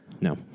No